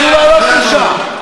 אסור לעלות לשם.